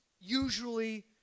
usually